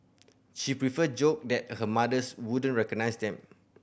she prefer joked that her mothers wouldn't recognise them